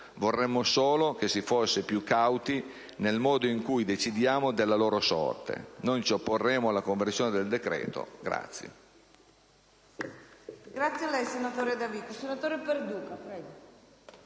Vorremmo solo che si fosse più cauti nel modo in cui decidiamo della loro sorte. Non ci opporremo, quindi, alla conversione del decreto-legge